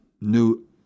new